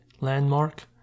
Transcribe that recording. landmark